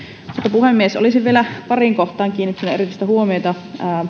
puhemies olisin vielä pariin kohtaan kiinnittänyt erityistä huomiota